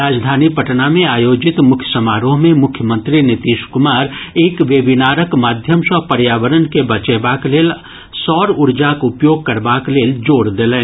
राजधानी पटना मे आयोजित मुख्य समारोह मे मुख्यमंत्री नीतीश कुमार एक वेबिनारक माध्यम सँ पर्यावरण के बचेबाक लेल सौर उर्जाक उपयोग करबाक लेल जोर देलनि